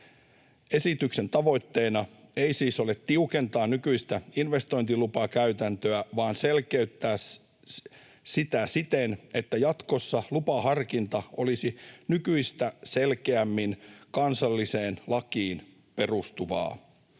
Esityksen tavoitteena ei siis ole tiukentaa nykyistä investointilupakäytäntöä vaan selkeyttää sitä siten, että jatkossa lupaharkinta olisi nykyistä selkeämmin kansalliseen lakiin perustuvaa.